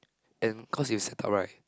and cause you will set up right